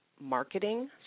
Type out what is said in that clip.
Marketing